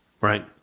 right